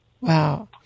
Wow